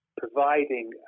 providing